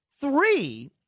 Three